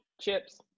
Chips